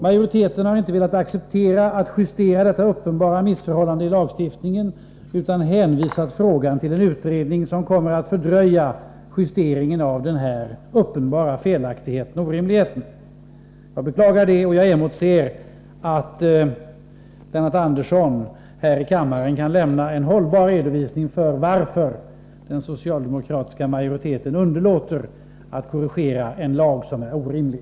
Majoriteten har inte velat acceptera kravet att detta uppenbara missförhållande i lagstiftningen justeras utan hänvisat frågan till en utredning, som kommer att fördröja justeringen av den orimlighet som det gäller. Jag beklagar det, och jag förutsätter att Lennart Andersson här i kammaren kan lämna en hållbar redovisning för anledningen till att den socialdemokratiska majoriteten underlåter att korrigera en lag som är orimlig.